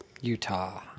Utah